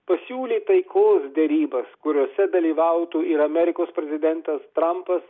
pasiūlė taikos derybas kuriose dalyvautų ir amerikos prezidentas trampas